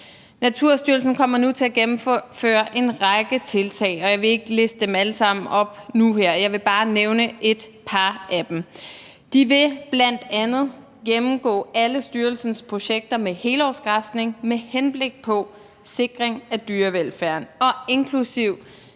Naturstyrelsen kommer nu til at gennemføre en række tiltag. Jeg vil ikke læse dem alle sammen op nu her; jeg vil bare nævne et par af dem. De vil bl.a. gennemgå alle styrelsens projekter med helårsgræsning med henblik på sikring af dyrevelfærden, inklusive